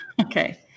Okay